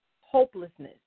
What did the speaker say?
hopelessness